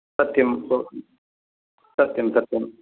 सत्यं सत्यं सत्यं